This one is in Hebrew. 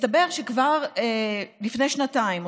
מסתבר שכבר לפני שנתיים,